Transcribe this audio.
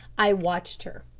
i watched her,